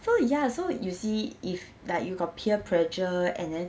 so ya so you see if like you got peer pressure and then